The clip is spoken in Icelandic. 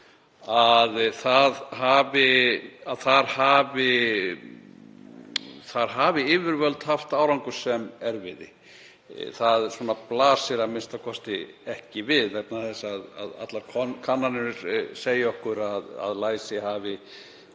að þar hafi yfirvöld haft árangur sem erfiði. Það blasir a.m.k. ekki við vegna þess að allar kannanir segja okkur að læsi hafi